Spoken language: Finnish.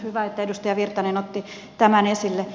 hyvä että edustaja virtanen otti tämän esille